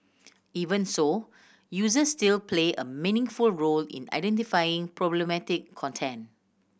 even so user still play a meaningful role in identifying problematic content